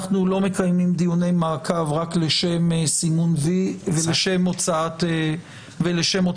אנחנו לא מקיימים דיוני מעקב רק לשם סימון וי ולשם הוצאת קיטור,